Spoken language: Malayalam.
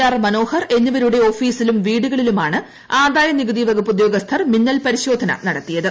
ആർ മനോഹർ എന്നിവരുടെ ഓഫീസിലും വീടുകളിലുമാണ് ആദായനികുതി വകുപ്പ് ഉദ്യോഗസ്ഥർ മിന്നൽ പരിശോധന നടത്തിയത്